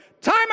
Time